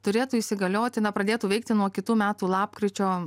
turėtų įsigalioti na pradėtų veikti nuo kitų metų lapkričio